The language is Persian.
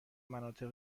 مناطق